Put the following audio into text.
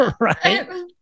Right